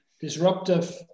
disruptive